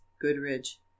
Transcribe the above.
Goodridge